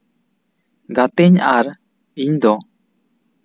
ᱜᱟᱛᱤᱧ ᱟᱨ ᱤᱧ ᱫᱚ